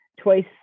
twice